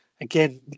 again